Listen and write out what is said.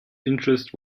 interest